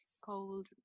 cold